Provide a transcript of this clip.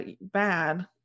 bad